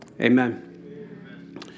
Amen